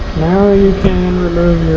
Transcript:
now you can remove